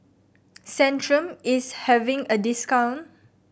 Centrum is having a discount